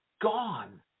Gone